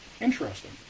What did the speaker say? Interesting